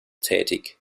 tätig